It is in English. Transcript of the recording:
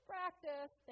Practice